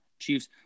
Chiefs